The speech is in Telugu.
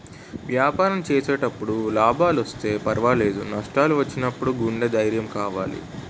వ్యాపారం చేసేటప్పుడు లాభాలొస్తే పర్వాలేదు, నష్టాలు వచ్చినప్పుడు గుండె ధైర్యం కావాలి